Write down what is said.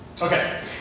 Okay